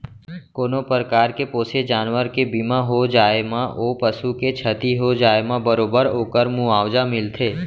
कोनों परकार के पोसे जानवर के बीमा हो जाए म ओ पसु के छति हो जाए म बरोबर ओकर मुवावजा मिलथे